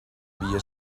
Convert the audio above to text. devia